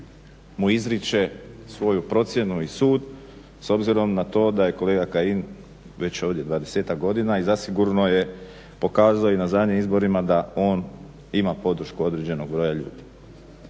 mu izriče svoju procjenu i sud s obzirom na to da je kolega Kajin već ovdje dvadesetak godina i zasigurno je pokazao i na zadnjim izborima da on ima podršku određenog broja ljudi.